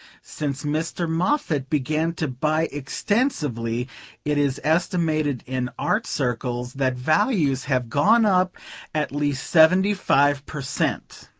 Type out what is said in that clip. since mr. moffatt began to buy extensively it is estimated in art circles that values have gone up at least seventy-five per cent